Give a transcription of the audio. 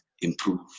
improve